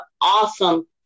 awesome